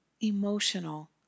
Emotional